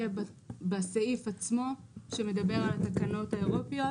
יהיה בסעיף שמדבר על התקנות האירופיות.